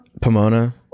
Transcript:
Pomona